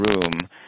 room